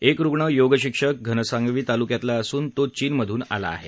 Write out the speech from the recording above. एक रूग्ण योग शिक्षक घनसावंगी तालुक्यातला असून तो चीनमधून आला आहे